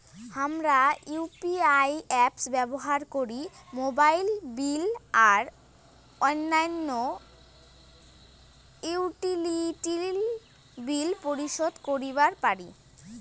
হামরা UPI apps ব্যবহার করি মোবাইল বিল আর অইন্যান্য ইউটিলিটি বিল পরিশোধ করিবা পারি